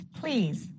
please